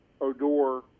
Odor